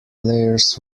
players